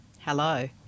Hello